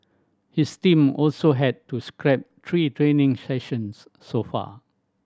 his team also had to scrap three training sessions so far